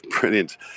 brilliant